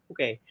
Okay